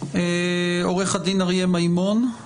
עורך הדין אריה מימון;